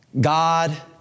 God